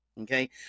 Okay